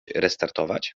restartować